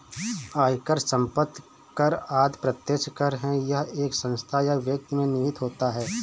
आयकर, संपत्ति कर आदि प्रत्यक्ष कर है यह एक संस्था या व्यक्ति में निहित होता है